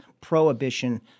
prohibition